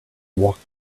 walked